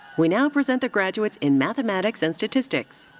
we now present the graduates in mathematics and statistics.